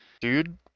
Dude